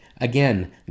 again